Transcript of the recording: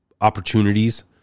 opportunities